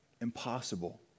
Impossible